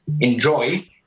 enjoy